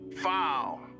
foul